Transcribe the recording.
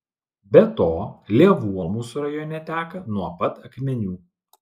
be to lėvuo mūsų rajone teka nuo pat akmenių